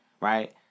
right